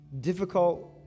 difficult